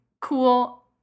cool